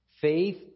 Faith